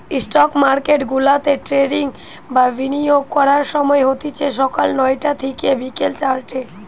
stock মার্কেটগুলাতে trading বা বিনিয়োগ করার সময় হতিছে সকাল নয়টা থিকে বিকেল চারটে